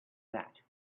that